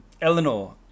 Eleanor